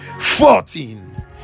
fourteen